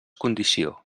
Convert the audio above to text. condició